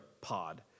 pod